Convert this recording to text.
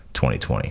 2020